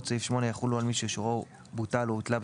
סעיף 8 יחולו על מי שאישורו בוטל או הותלה,